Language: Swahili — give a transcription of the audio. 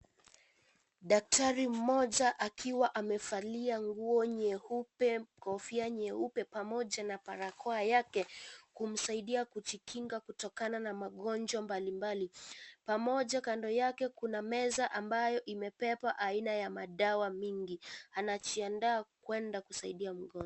Daktari mmoja akiwa amevalia nguo nyeupe, kofia nyeupe pamoja na barakoa yake kumsaidia kujikinga kutokana na magonjwa mbalimbali. Pamoja kando yake kuna meza ambayo imebeba aina ya madawa mini. Anajianda kuenda kumsaidia mgonjwa.